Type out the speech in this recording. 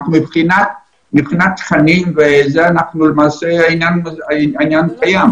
מבחינת תכנים, העניין קיים.